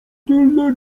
tylne